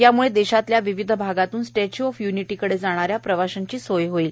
याम्ळे देशातल्या विविध भागातून स्टॅच्यू ऑफ युनिटी कडे जाणाऱ्या प्रवाशांची सोय होणार आहे